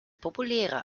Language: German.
populärer